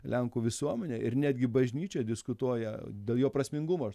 lenkų visuomenė ir netgi bažnyčia diskutuoja dėl jo prasmingumo aš